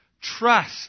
Trust